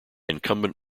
incumbent